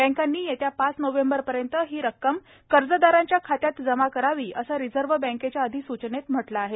बॅकांनी येत्या पाच नोव्हेंबरपर्यंत ही रक्कम कर्जदारांच्या खाती जमा करावी असं रिझर्व्ह बँकेच्या अधिसूचनेत म्हटलं आहे